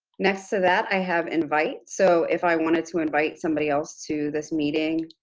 next to that, i have invite. so, if i wanted to invite somebody else to this meeting,